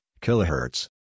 kilohertz